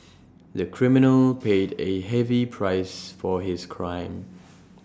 the criminal paid A heavy price for his crime